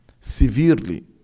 severely